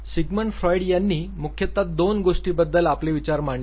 Sigmund Freud यांनी मुख्यतः दोन गोष्टीबद्दल आपले विचार मांडले आहेत